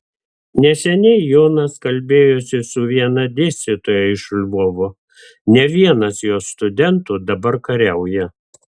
neseniai jonas kalbėjosi su viena dėstytoja iš lvovo ne vienas jos studentų dabar kariauja